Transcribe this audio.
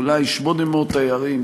אולי 800 תיירים,